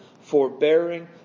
forbearing